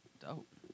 dope